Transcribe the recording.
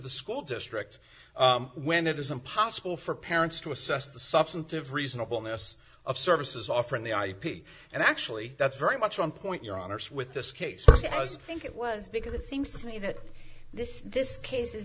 the school district when it is impossible for parents to assess the substantive reasonable ness of services offering the ip and actually that's very much on point your honour's with this case because i think it was because it seems to me that this this case